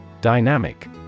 Dynamic